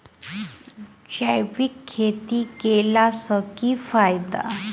जैविक खेती केला सऽ की फायदा?